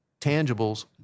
tangibles